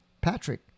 Patrick